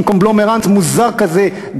מין קונגלומרט מוזר כזה,